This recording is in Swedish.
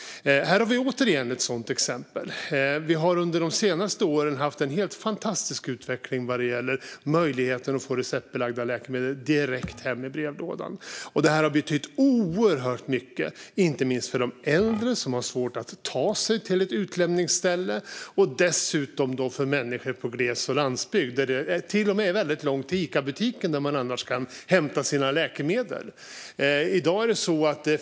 Här finns återigen ett sådant exempel. Under de senaste åren har det varit en helt fantastisk utveckling vad gäller möjligheten att få receptbelagda läkemedel direkt hem i brevlådan. Det har betytt oerhört mycket, inte minst för äldre som har svårt att ta sig till utlämningsställen och för människor i glesbygd och på landsbygd. Där kan det till och med vara väldigt långt till Icabutiken där man annars kan hämta sina läkemedel.